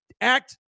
act